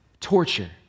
torture